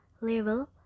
level